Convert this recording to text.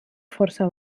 força